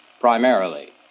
primarily